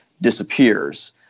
disappears